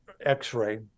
x-ray